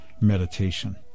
meditation